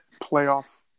playoff